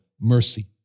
mercy